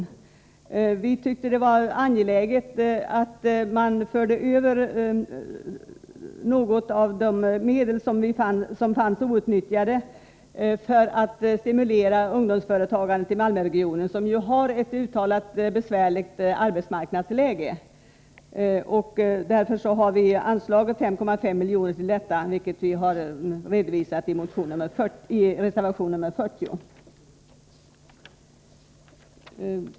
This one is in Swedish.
Enligt vår åsikt är det angeläget att föra över något av de outnyttjade medlen för att stimulera ungdomsföretagandet i Malmöregionen, som ju har en mycket svår arbetsmarknadssituation. Därför har vi föreslagit 5,5 milj.kr. för detta ändamål. Förslaget redovisas i reservation 40.